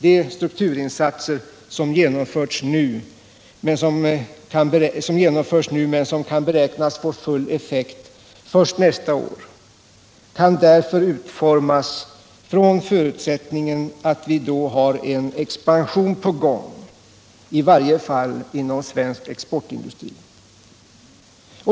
De strukturinsatser som genomförts nu men som kan beräknas få full effekt först nästa år kan därför utformas från förutsältningen att vi då har en expansion på gång, i varje fall inom svensk exportindustri.